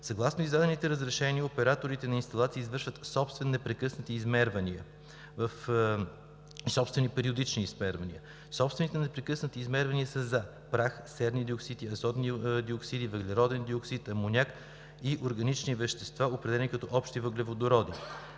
Съгласно издадените разрешителни операторите на инсталациите извършват собствени непрекъснати измервания и собствени периодични измервания. Собствените непрекъснати измервания са за прах, серен диоксид, азотен диоксид, въглероден оксид, амоняк и органични вещества, определени като общ въглерод.